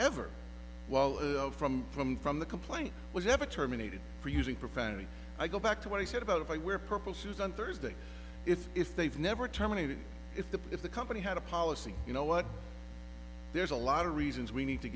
ever while from from from the complaint was ever terminated for using profanity i go back to what he said about if i wear purple shoes on thursday if if they've never terminated if the if the company had a policy you know what there's a lot of reasons we need to